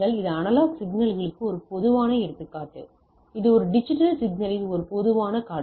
இது அனலாக் சிக்னல்களுக்கு ஒரு பொதுவான எடுத்துக்காட்டு இது ஒரு டிஜிட்டல் சிக்னலின் ஒரு பொதுவான காட்சி